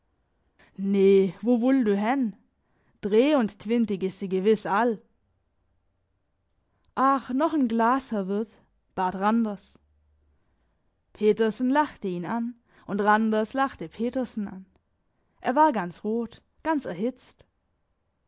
ne wo wull du hen dre und twintig is se gewiss all ach noch n glas herr wirt bat randers petersen lachte ihn an und randers lachte petersen an er war ganz rot ganz erhitzt